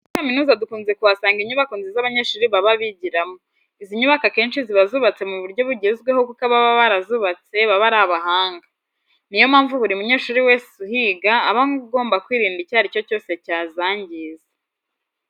Muri kaminuza dukunze kuhasanga inyubako nziza abanyeshuri baba bigiramo. Izi nyubako akenshi ziba zubatswe mu buryo bugezweho kuko ababa barazubatse baba ari abahanga. Niyo mpamvu buri munyeshuri wese uhiga aba agomba kwirinda icyo ari cyo cyose cyazangiza.